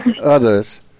others